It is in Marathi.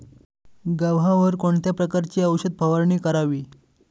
गव्हावर कोणत्या प्रकारची औषध फवारणी करावी?